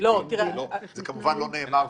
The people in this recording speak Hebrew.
זה כמובן לא נאמר,